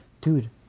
dude